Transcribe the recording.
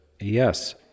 yes